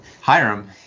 Hiram